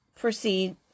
proceed